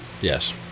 Yes